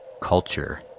culture